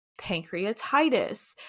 pancreatitis